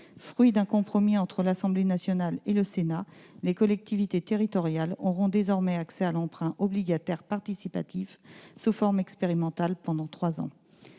Fruit d'un compromis entre l'Assemblée nationale et le Sénat, les collectivités territoriales auront désormais accès à l'emprunt obligataire participatif, et cela sous une forme expérimentale pendant trois ans.